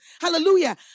Hallelujah